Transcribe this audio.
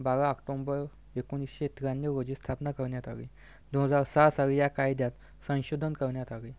बारा ऑक्टोंबर एकोणीसशे त्र्याण्णव रोजी स्थापना करण्यात आली दोन हजार सा साली या कायद्यात संशोधन करण्यात आले